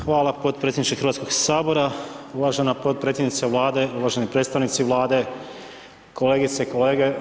Hvala podpredsjedniče Hrvatskog sabora, uvažena podpredsjednica Vlade, uvaženi predstavnici Vlade, kolegice i kolege.